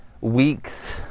weeks